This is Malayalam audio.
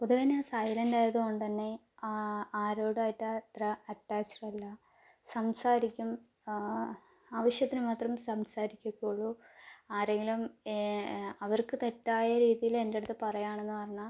പൊതുവെ ഞാന് സൈലൻറ്റ് ആയതുകൊണ്ട് തന്നെ ആരോടും ആയിട്ട് അത്ര അറ്റാച്ച്ഡ് അല്ല സംസാരിക്കും ആവശ്യത്തിനു മാത്രം സംസാരിക്കും എപ്പോഴും ആരെങ്കിലും അവര്ക്ക് തെറ്റായ രീതിയില് എൻ്റെ അടുത്ത് പറയാണെന്ന് പറഞ്ഞാൽ